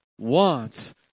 wants